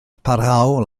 barhaol